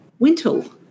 Wintel